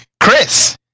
Chris